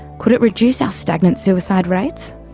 could it reduce our stagnant suicide rates?